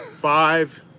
Five